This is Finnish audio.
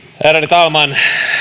talman